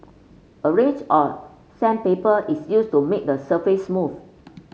a range of sandpaper is used to make the surface smooth